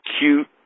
cute